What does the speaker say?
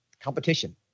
competition